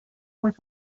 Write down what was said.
was